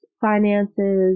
finances